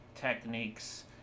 techniques